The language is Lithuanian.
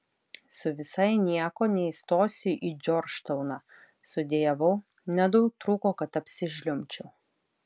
su visai nieko neįstosiu į džordžtauną sudejavau nedaug trūko kad apsižliumbčiau